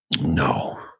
no